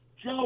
Joe